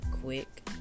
quick